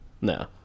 no